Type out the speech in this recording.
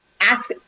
Ask